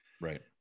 Right